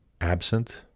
absent